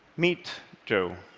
meet joe.